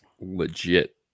legit